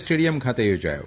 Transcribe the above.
stadium ખાતે યોજાયો